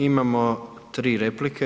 Imamo 3 replike.